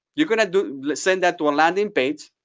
you're going to send that to a landing page.